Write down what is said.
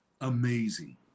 Amazing